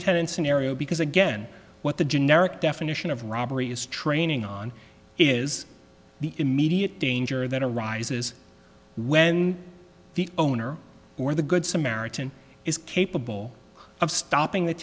tenants in area because again what the generic definition of robbery is training on is the immediate danger that arises when the owner or the good samaritan is capable of stopping th